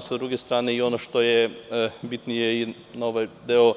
S druge strane, ono što je bitnije i na ovaj deo